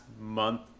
month